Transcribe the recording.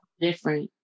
different